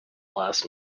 last